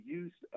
use